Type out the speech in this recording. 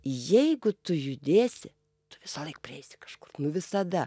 jeigu tu judėsi tu visąlaik prieisi kažkur nu visada